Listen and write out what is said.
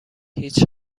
هیچ